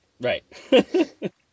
Right